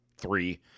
three